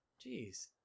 Jeez